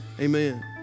Amen